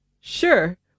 Sure